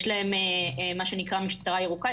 יש להם מה שנקרא משטרה ירוקה,